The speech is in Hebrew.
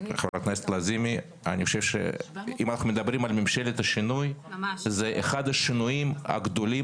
אני חושב שאם אנחנו מדברים על ממשלת השינוי זה אחד השינויים הגדולים